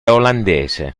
olandese